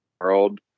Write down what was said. world